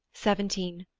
seventeen.